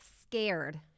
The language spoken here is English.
scared